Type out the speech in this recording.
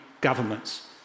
governments